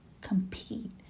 compete